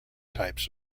types